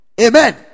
Amen